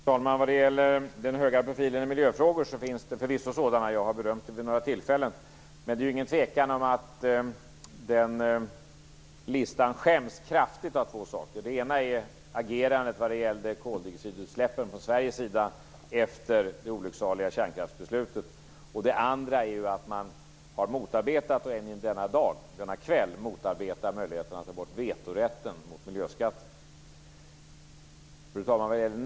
Fru talman! Det finns förvisso en hög profil i olika miljöfrågor. Jag har berömt det vid några tillfällen. Men det är ju ingen tvekan om att den listan skäms kraftigt av två saker. Den ena är agerande vad gäller koldioxidutsläppen från Sveriges sida efter det olycksaliga kärnkraftsbeslutet. Det andra är ju att man har motarbetat, och än i denna dag motarbetar, möjligheten att ta bort vetorätten mot miljöskatter. Fru talman!